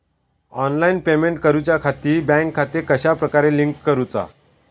Online payment करुच्याखाती bank खाते कश्या प्रकारे लिंक करुचा?